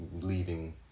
leaving